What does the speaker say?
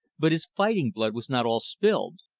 but his fighting blood was not all spilled.